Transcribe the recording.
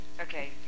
Okay